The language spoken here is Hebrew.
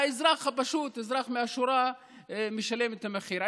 האזרח הפשוט, אזרח מהשורה, משלם את המחיר.